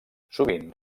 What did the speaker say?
sovint